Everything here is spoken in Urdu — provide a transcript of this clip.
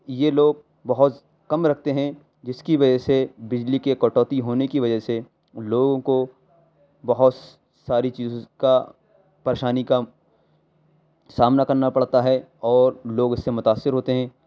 یہ لوگ بہت کم رکھتے ہیں جس کی وجہ سے بجلی کی کٹوتی ہونے کی وجہ سے لوگوں کو بہت ساری چیزوں کا پریشانی کا سامنا کرنا پڑتا ہے اور لوگ اس سے متاثر ہوتے ہیں